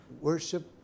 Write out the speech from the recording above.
Worship